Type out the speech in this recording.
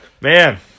man